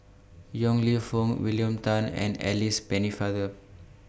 Yong Lew Foong William Tan and Alice Pennefather